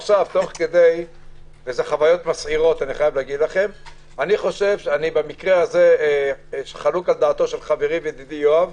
והן מסעירות אני במקרה הזה חלוק על דעתו של ידידי יואב.